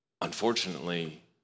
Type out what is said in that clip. Unfortunately